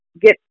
get